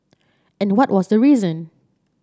and what was the reason